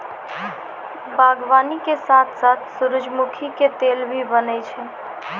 बागवानी के साथॅ साथॅ सूरजमुखी के तेल भी बनै छै